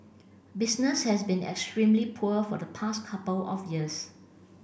business has been extremely poor for the past couple of years